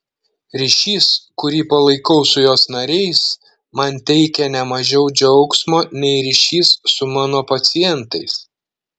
ryšys kurį palaikau su jos nariais man teikia ne mažiau džiaugsmo nei ryšys su mano pacientais